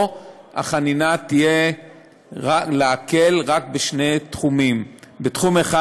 פה החנינה תהיה להקל רק בשני תחומים: תחום אחד